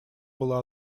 было